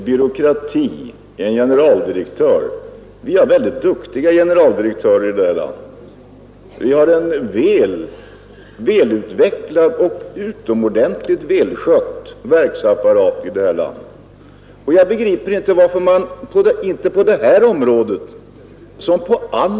Herr talman! Jag begriper inte varför man hela tiden skall utmåla all statlig verksamhet på det sätt som herr Brundin gjorde nyss när han talade om byråkrati och generaldirektörer. Vi har mycket duktiga generaldirektörer i vårt land. Vi har en välutvecklad och utomordentligt välskött verksapparat.